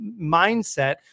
mindset